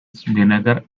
vinegar